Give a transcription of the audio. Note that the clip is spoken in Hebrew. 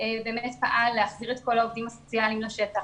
פעל להחזיר את כל העובדים הסוציאליים לשטח